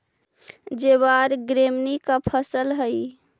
ज्वार ग्रैमीनी का फसल हई